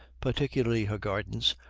particularly her gardens,